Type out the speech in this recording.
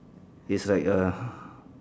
it's like a